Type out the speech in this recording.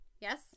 Yes